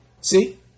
See